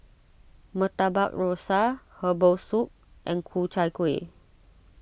Murtabak Rusa Herbal Soup and Ku Chai Kuih